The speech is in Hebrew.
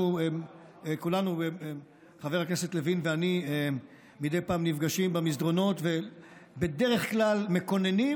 חבר הכנסת לוין ואני מדי פעם נפגשים במסדרונות ובדרך כלל מקוננים,